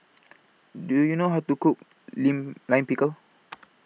Do YOU know How to Cook Lim Lime Pickle